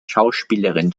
schauspielerin